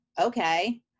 okay